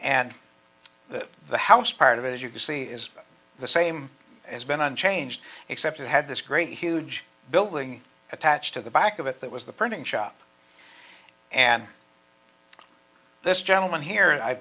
and that the house part of it as you can see is the same as been unchanged except it had this great huge building attached to the back of it that was the printing shop and this gentleman here